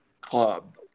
club